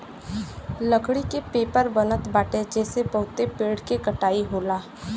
लकड़ी के पेपर बनत बाटे जेसे बहुते पेड़ के कटाई होला